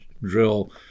drill